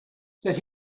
that